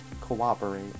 cooperate